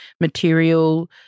material